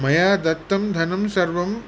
मया दत्तं धनं सर्वं